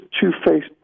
two-faced